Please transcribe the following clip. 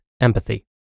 empathy